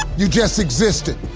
you just existing.